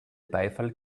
beifall